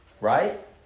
Right